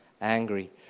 angry